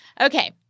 Okay